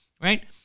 right